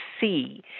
see